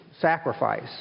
sacrifice